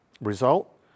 Result